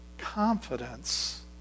confidence